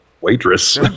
waitress